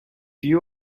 you